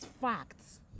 facts